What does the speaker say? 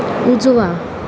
उजवा